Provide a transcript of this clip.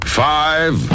five